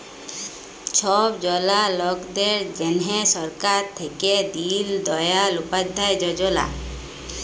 ছব জলা লকদের জ্যনহে সরকার থ্যাইকে দিল দয়াল উপাধ্যায় যজলা